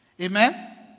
Amen